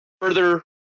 further